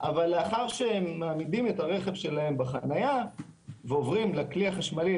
אבל אחרי שמעמידים את הרכב שלהם בחניה ועוברים לכלי החשמלי,